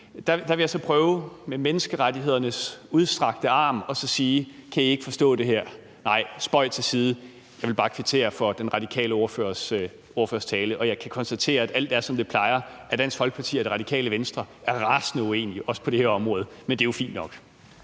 til at ske – prøve med menneskerettighedernes udstrakte arm at spørge: Kan I ikke forstå det her? Nej, spøg til side. Jeg vil bare kvittere for den radikale ordførers tale, og jeg kan konstatere, at alt er, som det plejer; at Dansk Folkeparti og Radikale Venstre er rasende uenige, også på det her område. Men det er jo fint nok.